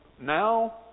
now